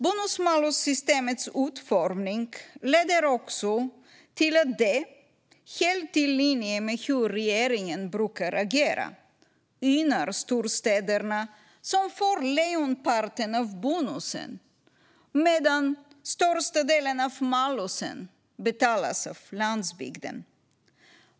Bonus-malus-systemets utformning leder också till att systemet, helt i linje med hur regeringen brukar agera, gynnar storstäderna, som får lejonparten av bonusen, medan den största delen av malusen betalas av landsbygden.